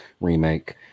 remake